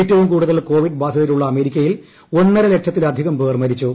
ഏറ്റവും കൂടുതൽ കോവിഡ് ബാധിതരുള്ള അമേരിക്കയിൽ ഒന്നര ലക്ഷത്തിലധികം പേർ മരിച്ചു